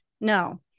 No